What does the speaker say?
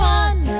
one